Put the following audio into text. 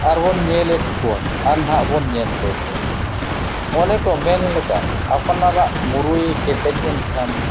ᱟᱨ ᱵᱚᱱ ᱧᱮᱞᱮᱫ ᱠᱚᱣᱟ ᱟᱨ ᱱᱟᱦᱟᱜ ᱵᱚᱱ ᱧᱮᱞ ᱠᱚᱜᱮᱭᱟ ᱚᱱᱮᱠᱚ ᱢᱮᱱ ᱞᱮᱠᱟ ᱟᱯᱱᱟᱨᱟᱜ ᱢᱩᱨᱟᱹᱭ ᱠᱮᱴᱮᱡ ᱮᱱᱠᱷᱟᱱ